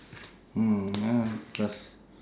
mm ya cause